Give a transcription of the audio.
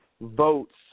votes